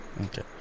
Okay